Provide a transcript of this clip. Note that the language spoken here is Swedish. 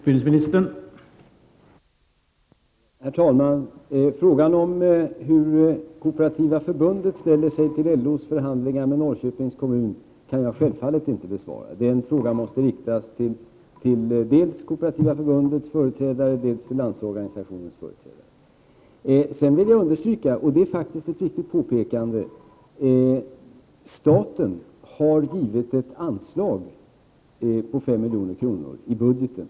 Herr talman! Frågan om hur Kooperativa förbundet ställer sig till LO:s förhandlingar med Norrköpings kommun kan jag självfallet inte besvara. Den frågan måste riktas dels till Kooperativa förbundets företrädare, dels till Landsorganisationens företrädare. Jag vill understryka, vilket är viktigt, att staten har givit ett anslag på 5 milj.kr. i budgeten.